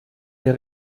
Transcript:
der